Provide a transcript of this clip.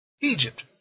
Egypt